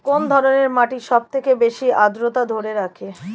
কোন ধরনের মাটি সবথেকে বেশি আদ্রতা ধরে রাখে?